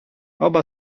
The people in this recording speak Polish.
oba